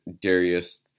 Darius